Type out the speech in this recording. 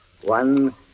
One